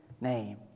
name